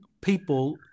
people